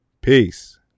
Peace